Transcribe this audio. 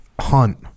hunt